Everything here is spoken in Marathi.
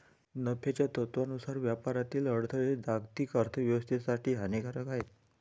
नफ्याच्या तत्त्वानुसार व्यापारातील अडथळे जागतिक अर्थ व्यवस्थेसाठी हानिकारक आहेत